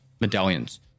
medallions